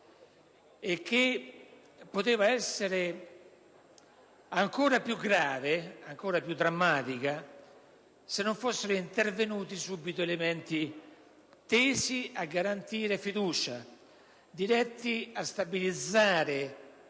e che poteva essere ancora più grave e drammatica se non fossero intervenuti subito elementi tesi a garantire fiducia e diretti a stabilizzare